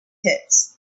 pits